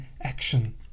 action